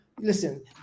Listen